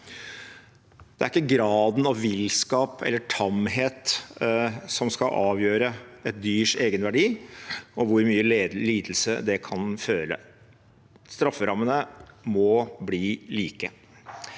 Det er ikke graden av villskap eller tamhet som skal avgjøre et dyrs egenverdi og hvor mye lidelse det kan medføre. Strafferammene må bli like.